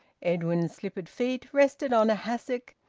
edwin's slippered feet rested on a hassock,